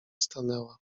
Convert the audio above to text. stanęła